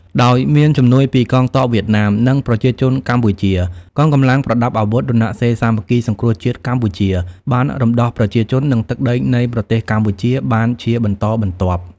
ដោយមានជំនួយពីកងទ័ពវៀតណាម និងប្រជាជនកម្ពុជា កងកម្លាំងប្រដាប់អាវុធរណសិរ្សសាមគ្គីសង្គ្រោះជាតិកម្ពុជា បានរំដោះប្រជាជន និងទឹកដីនៃប្រទេសកម្ពុជាបានជាបន្តបន្ទាប់។